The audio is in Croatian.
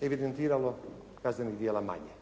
evidentiralo kaznenih djela manje.